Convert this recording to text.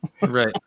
Right